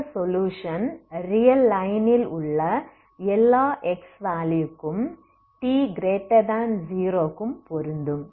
இந்த solution real லைனில் உள்ள எல்லா x வேலுயு க்கும் t0க்கும் பொருந்தும்